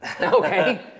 Okay